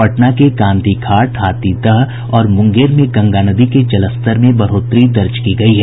पटना के गांधी घाट हाथीदह और मुंगेर में गंगा नदी के जलस्तर में बढ़ोतरी दर्ज की गयी है